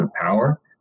power